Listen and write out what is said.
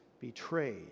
betrayed